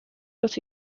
los